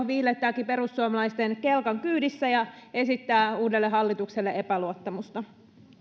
viilettääkin perussuomalaisten kelkan kyydissä ja esittää uudelle hallitukselle epäluottamusta